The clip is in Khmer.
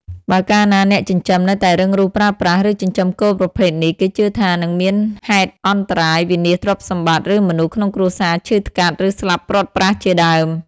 បើកាលណាអ្នកចិញ្ចឹមនៅតែរឹងរូសប្រើប្រាស់ ឬចិញ្ចឹមគោប្រភេទនេះ គេជឿថា នឹងមានហេតុអន្តរាយ វិនាសទ្រព្យសម្បត្តិ ឬមនុស្សក្នុងគ្រួសារឈឺថ្កាត់ ឬស្លាប់ព្រាត់ប្រាសជាដើម។